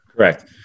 correct